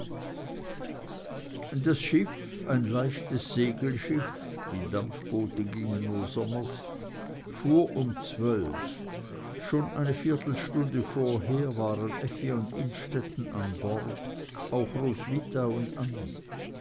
das schiff ein leichtes segelschiff die dampfboote gingen nur sommers fuhr um zwölf schon eine viertelstunde vorher waren effi und innstetten an bord auch roswitha und annie